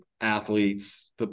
athletes